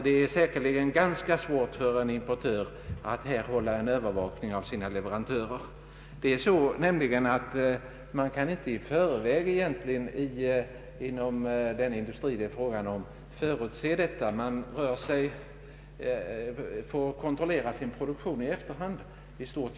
Det är säkerligen ganska svårt för en importör att övervaka sina leverantörer. Enligt vad jag läst mig till kan man nämligen inte i förväg förutse blyhalten i glasyren, utan man får kontrollera sin produktion i efterhand.